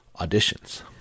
auditions